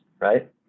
right